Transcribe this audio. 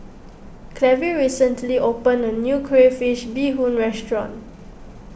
Clevie recently opened a new Crayfish BeeHoon restaurant